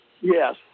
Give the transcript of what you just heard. Yes